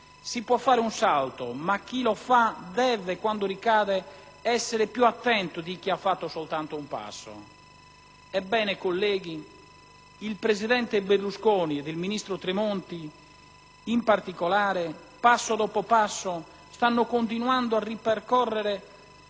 si può fare un salto, ma chi lo fa deve, quando ricade, essere più attento di chi ha fatto soltanto un passo. Ebbene, colleghi, il presidente Berlusconi e il ministro Tremonti in particolare, passo dopo passo, stanno continuando a percorrere